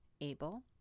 able